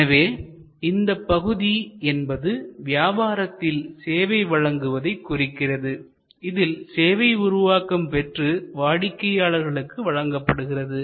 எனவே இந்தப் பகுதி என்பது வியாபாரத்தில் சேவை வழங்குவதைக் குறிக்கிறது இதில் சேவை உருவாக்கம் பெற்று வாடிக்கையாளர்களுக்கு வழங்கப்படுகிறது